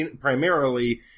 primarily